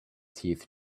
teeth